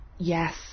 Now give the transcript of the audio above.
Yes